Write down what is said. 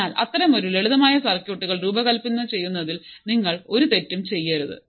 അതിനാൽ അത്തരമൊരു ലളിതമായ സർക്യൂട്ടുകൾ രൂപകൽപ്പന ചെയ്യുന്നതിൽ നിങ്ങൾ ഒരു തെറ്റും ചെയ്യരുത്